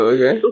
Okay